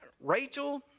Rachel